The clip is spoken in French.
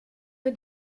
que